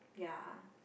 ya